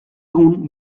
egun